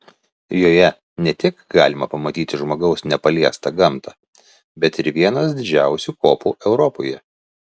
joje ne tik galima pamatyti žmogaus nepaliestą gamtą bet ir vienas didžiausių kopų europoje